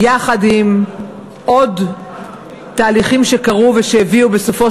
יחד עם עוד תהליכים שקרו ושהביאו בסופו